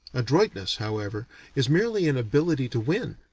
adroitness however is merely an ability to win